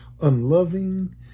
unloving